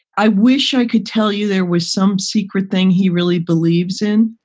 i wish i could tell you there was some secret thing he really believes in.